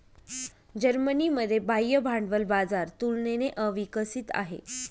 जर्मनीमध्ये बाह्य भांडवल बाजार तुलनेने अविकसित आहे